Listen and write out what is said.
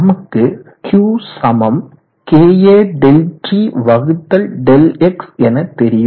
நமக்கு Q kAΔTΔx எனத் தெரியும்